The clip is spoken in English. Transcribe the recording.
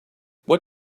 what